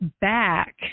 back